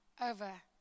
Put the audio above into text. over